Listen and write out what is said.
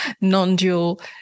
non-dual